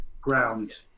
ground